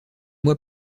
mois